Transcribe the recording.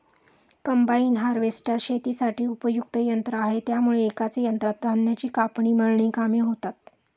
combine harvester शेतीसाठी उपयुक्त यंत्र आहे त्यामुळे एकाच यंत्रात धान्याची कापणी, मळणी कामे होतात